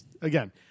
again